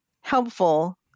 helpful